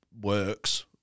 works